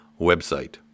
website